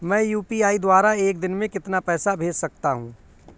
मैं यू.पी.आई द्वारा एक दिन में कितना पैसा भेज सकता हूँ?